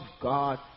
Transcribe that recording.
God